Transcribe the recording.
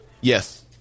Yes